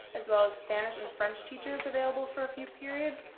as well as spanish and french teachers available for a few periods.